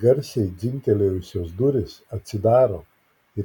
garsiai dzingtelėjusios durys atsidaro